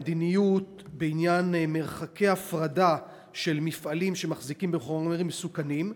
המדיניות בעניין מרחקי הפרדה של מפעלים שמחזיקים בחומרים מסוכנים,